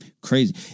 crazy